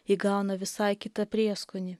įgauna visai kitą prieskonį